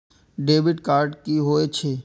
Debit card की होय छे?